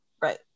right